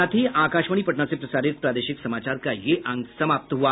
इसके साथ ही आकाशवाणी पटना से प्रसारित प्रादेशिक समाचार का ये अंक समाप्त हुआ